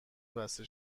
بسته